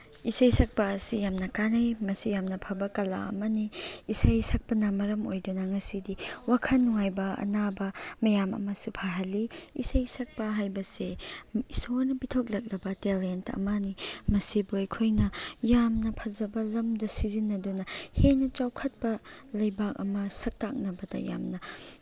ꯏꯁꯩ ꯁꯛꯄ ꯑꯁꯤ ꯌꯥꯝꯅ ꯀꯥꯅꯩ ꯃꯁꯤ ꯌꯥꯝꯅ ꯐꯕ ꯀꯂꯥ ꯑꯃꯅꯤ ꯏꯁꯩ ꯁꯛꯄꯅ ꯃꯔꯝ ꯑꯣꯏꯗꯨꯅ ꯉꯁꯤꯗꯤ ꯋꯥꯈꯜ ꯅꯨꯡꯉꯥꯏꯕ ꯑꯅꯥꯕ ꯃꯌꯥꯝ ꯑꯃꯁꯨ ꯐꯍꯜꯂꯤ ꯏꯁꯩ ꯁꯛꯄ ꯍꯥꯏꯕꯁꯦ ꯏꯁꯣꯔꯅ ꯄꯨꯊꯣꯛꯂꯛꯂꯕ ꯇꯦꯂꯦꯟꯠ ꯑꯃꯅꯤ ꯃꯁꯤꯕꯨ ꯑꯩꯈꯣꯏꯅ ꯌꯥꯝꯅ ꯐꯖꯕ ꯂꯝꯗ ꯁꯤꯖꯤꯟꯅꯗꯨꯅ ꯍꯦꯟꯅ ꯆꯥꯎꯈꯠꯄ ꯂꯩꯕꯥꯛ ꯑꯃ ꯁꯛ ꯇꯥꯛꯅꯕꯗ ꯌꯥꯝꯅ